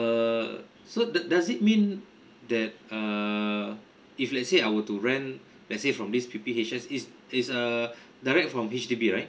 err so do~ does it mean that err if let's say I were to rent let's say from this P_P_H_S is is a direct from H_D_B right